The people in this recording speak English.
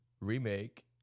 remake